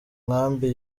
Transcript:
nkambi